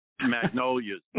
Magnolias